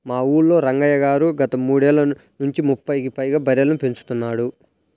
మా ఊల్లో రంగయ్య గారు గత మూడేళ్ళ నుంచి ముప్పైకి పైగా బర్రెలని పెంచుతున్నాడు